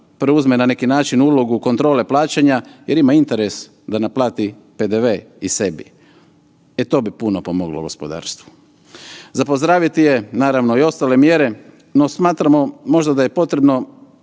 preuzme, na neki način ulogu kontrole plaćanja jer ima interes da naplati PDV i sebi. E, to bi puno pomoglo gospodarstvu. Za pozdraviti je, naravno i ostale mjere, no smatram možda da j e potrebno